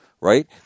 Right